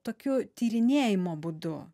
tokiu tyrinėjimo būdu